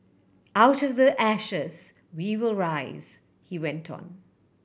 out of the ashes we will rise he went on